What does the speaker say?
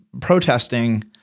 protesting